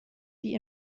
die